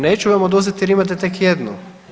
Neću vam oduzeti jer imate tek jednu.